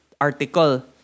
article